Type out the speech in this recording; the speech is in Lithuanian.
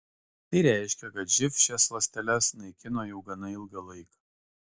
tai reiškia kad živ šias ląsteles naikino jau gana ilgą laiką